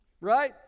Right